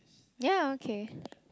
ya okay